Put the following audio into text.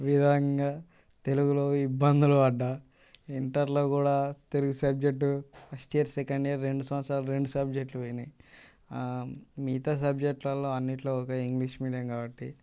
వివరంగా తెలుగులో ఇబ్బందులుపడ్డాను ఇంటర్లో కూడా Telugu subject first year second year రెండు సంవత్సరాలు రెండు సబ్జెక్టులు పోయినాయి మిగతా సబ్జెక్టులలో అన్నింటిలో ఓకే ఇంగ్లీష్ మీడియం కాబట్టి